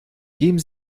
geben